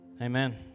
Amen